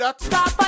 Stop